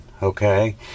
okay